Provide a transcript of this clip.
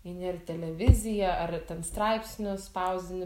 eini ar televiziją ar ten straipsnius spausdi